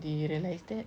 did you realise that